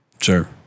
Sure